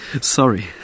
sorry